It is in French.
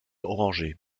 orangé